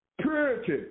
purity